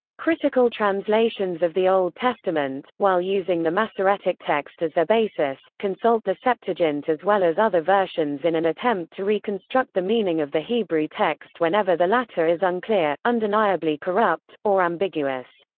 critical translations of the old testament, while using the masoretic text as their basis, consult the septuagint as well as other versions in an attempt to reconstruct the meaning of the hebrew text whenever the latter is unclear, undeniably corrupt, or ambiguous.